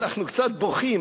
אנחנו קצת בוכים,